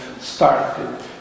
started